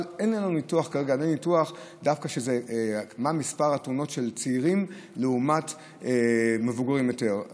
אבל אין לנו ניתוח מה מספר התאונות של צעירים לעומת מבוגרים יותר.